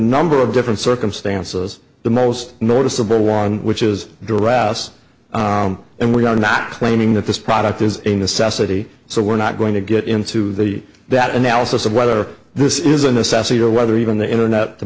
number of different circumstances the most noticeable one which is drafts and we are not claiming that this product is a necessity so we're not going to get into the that analysis of whether this is a necessity or whether even the internet to